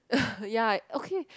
ya okay